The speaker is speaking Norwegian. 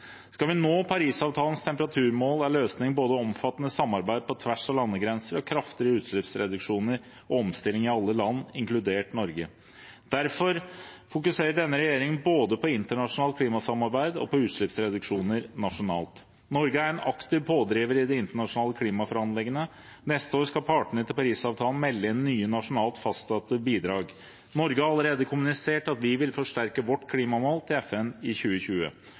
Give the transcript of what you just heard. Skal vi nå Parisavtalens temperaturmål, er løsningen både omfattende samarbeid på tvers av landegrenser og kraftige utslippsreduksjoner og omstilling i alle land, inkludert Norge. Derfor fokuserer denne regjeringen både på internasjonalt klimasamarbeid og på utslippsreduksjoner nasjonalt. Norge er en aktiv pådriver i de internasjonale klimaforhandlingene. Neste år skal partene til Parisavtalen melde inn nye nasjonalt fastsatte bidrag. Norge har allerede kommunisert at vi vil forsterke vårt klimamål til FN i 2020,